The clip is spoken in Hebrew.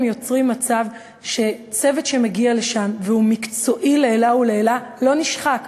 יוצרים מצב שמגיע לשם צוות שהוא מקצועי לעילא ולעילא ושהוא לא נשחק.